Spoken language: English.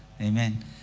Amen